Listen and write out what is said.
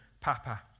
Papa